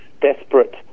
Desperate